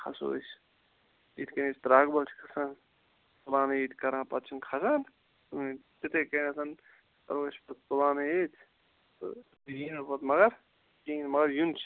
کھَسو أسۍ یِتھ کنۍ أسۍ تراگبل چھِ کھَسان پلانے یٲتۍ کران پَتہٕ چھِ نہٕ کھَسان کٕہٕنۍ تِتھے کیٚنیٚتھن توے چھِ پَتہٕ پلانے یٲتۍ تہٕ ییٖنہ پَتہٕ مگر کِہیٖنۍ مگر یُن چھُ